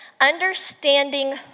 understanding